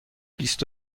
بیست